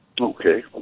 Okay